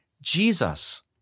Jesus